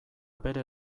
bere